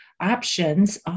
options